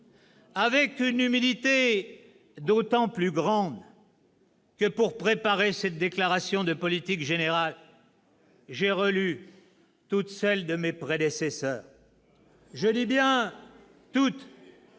avec une humilité d'autant plus grande que, pour préparer cette déclaration de politique générale, j'ai relu toutes celles de mes prédécesseurs. » Quelle